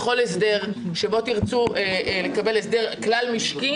בכל הסדר שבו תרצו לקבל הסדר כלל משקי,